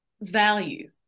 value